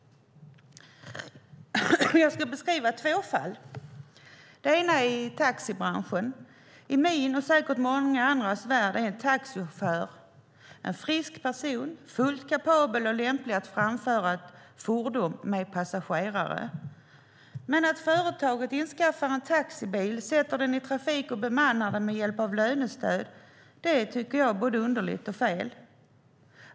Jag ska ge två exempel. Det ena är taxibranschen. I min och säkert i många andras värld är en taxichaufför en frisk person som är fullt kapabel och lämplig att framföra ett fordon med passagerare. Att företag införskaffar en taxibil, sätter den i trafik och bemannar den med hjälp av lönestöd tycker jag är både underligt och fel.